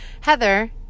Heather